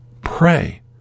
Pray